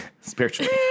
Spiritually